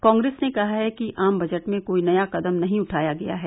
कांग्रेस ने कहा है कि आम बजट में कोई नया कदम नहीं उठाया गया है